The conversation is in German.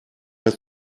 mehr